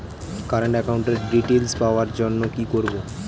Current একাউন্টের details পাওয়ার জন্য কি করব?